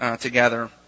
together